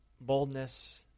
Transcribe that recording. boldness